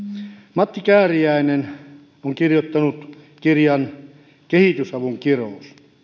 matti kääriäinen on kirjoittanut kirjan kehitysavun kirous